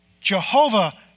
Jehovah